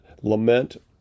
lament